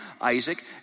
Isaac